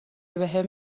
بهم